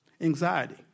anxiety